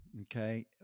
okay